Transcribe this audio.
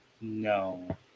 No